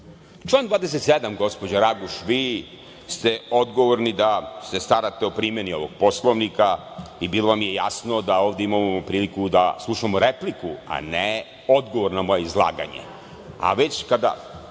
Član 27, gospođo Raguš. Vi ste odgovorni da se starate o primeni ovog Poslovnika i bilo mi je jasno da ovde imamo priliku da slušamo repliku, a ne odgovor na moje izlaganje. Da